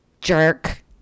jerk